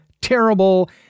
terrible